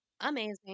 Amazing